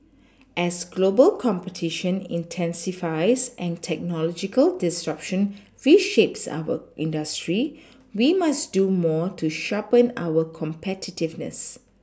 as global competition intensifies and technological disruption reshapes our industry we must do more to sharpen our competitiveness